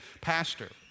Pastor